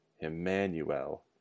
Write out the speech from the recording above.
Emmanuel